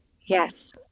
Yes